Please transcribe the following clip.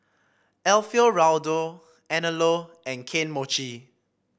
Alfio Raldo Anello and Kane Mochi